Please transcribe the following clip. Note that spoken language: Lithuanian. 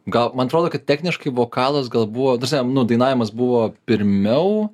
gal man atrodo kad techniškai vokalas gal buvo ta prasme nu dainavimas buvo pirmiau